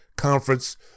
Conference